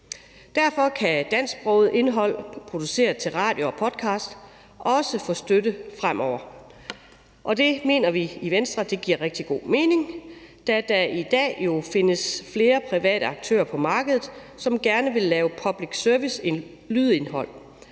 Derfor kan dansksproget indhold produceret til radio og podcast også få støtte fremover, og det mener vi i Venstre giver rigtig god mening, da der i dag jo findes flere private aktører på markedet, som gerne vil lave public service-lydindhold,